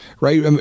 right